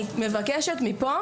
אני מבקשת מפה